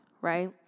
right